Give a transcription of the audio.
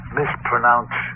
mispronounce